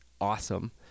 awesome